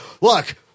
Look